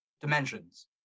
dimensions